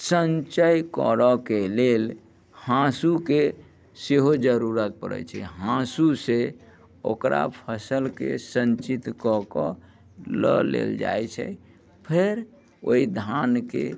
सञ्चय करऽ के लेल हाँसुके सेहो जरूरत पड़ैत छै हाँसु से ओकरा फसलके सञ्चित कऽ कऽ लऽ लेल जाइत छै फेर ओहि धानके